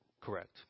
Correct